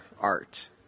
art